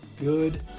good